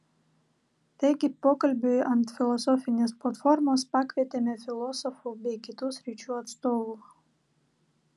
taigi pokalbiui ant filosofinės platformos pakvietėme filosofų bei kitų sričių atstovų